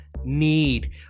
need